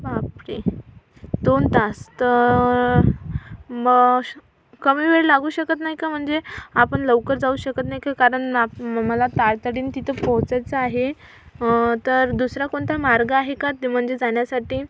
बापरे दोन तास तर मग कमी वेळ लागू शकत नाही का म्हणजे आपण लवकर जाऊ शकत नाही का कारण आप मला तातडीने तिथं पोहचायचं आहे तर दुसरा कोणता मार्ग आहे का म्हणजे जाण्यासाठी